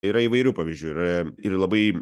yra įvairių pavyzdžių yra ir labai